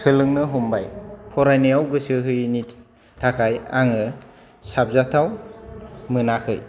सोलोंनो हमबाय फरायनायाव गोसो होयैनि थाखाय आङो साबजाथाव मोनाखै